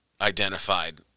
identified